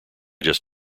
just